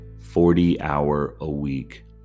40-hour-a-week